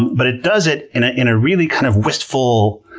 but it does it in ah in a really, kind of, wistful,